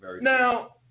Now